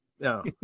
No